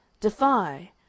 defy